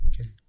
Okay